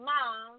Mom